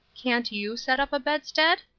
can't you set up a bedstead?